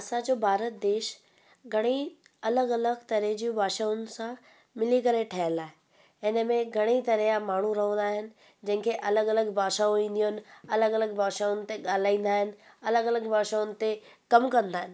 असांजो भारत देश घणेई अलॻि अलॻि तरह जूं भाषाउनि सां मिली करे ठहियलु आहे इन में घणेई तरह जा माण्हू रहंदा आहिनि जंहिंखें अलॻि अलॻि भाषाऊं ईंदियूं आहिनि अलॻि अलॻि भाषाउनि ते ॻाल्हाईंदा आहिनि अलॻि अलॻि भाषाउनि ते कमु कंदा आहिनि